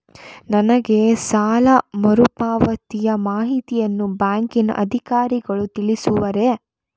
ನನಗೆ ಸಾಲ ಮರುಪಾವತಿಯ ಮಾಹಿತಿಯನ್ನು ಬ್ಯಾಂಕಿನ ಅಧಿಕಾರಿಗಳು ತಿಳಿಸುವರೇ?